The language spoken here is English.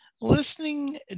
listening